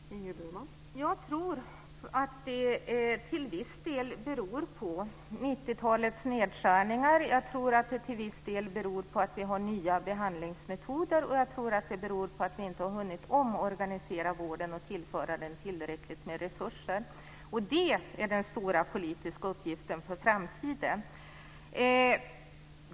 Fru talman! Jag tror att det till viss del beror på 90-talets nedskärningar. Jag tror att det till viss del beror på att vi har nya behandlingsmetoder. Jag tror också att det beror på att vi inte har hunnit omorganisera vården och tillföra den tillräckligt med resurser. Det är den stora politiska uppgiften för framtiden.